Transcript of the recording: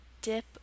dip